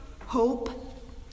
Hope